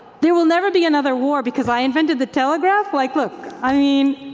there will never be another war because i invented the telegraph. like, look, i mean,